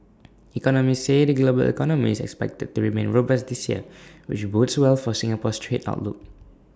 economists say the global economy is expected to remain robust this year which bodes well for Singapore's trade outlook